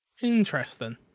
Interesting